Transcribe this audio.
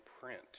print